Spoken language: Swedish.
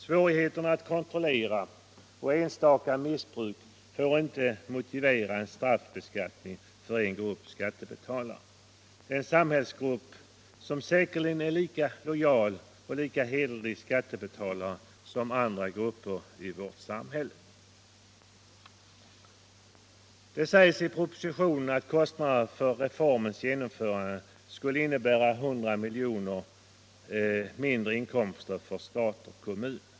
Svårigheterna att kontrollera och förekomsten av enstaka missbruk får inte motivera en straffbeskattning för en grupp skattebetalare; en samhällsgrupp av säkerligen lika lojala och hederliga skattebetalare som andra grupper i vårt samhälle. Det sägs i propositionen att kostnaderna för reformens genomförande skulle innebära 100 milj.kr. mindre i inkomst för stat och kommun.